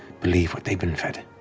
believe what they've been fed.